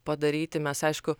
padaryti mes aišku